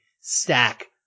stack